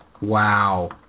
Wow